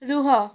ରୁହ